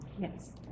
Yes